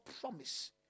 promise